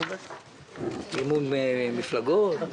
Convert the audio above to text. אגף תקציבים, משרד